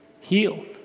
healed